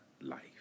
life